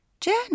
Journey